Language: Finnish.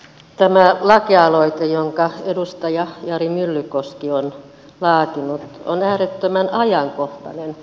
tämä lakialoite jonka edustaja jari myllykoski on laatinut on äärettömän ajankohtainen